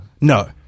No